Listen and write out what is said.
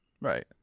Right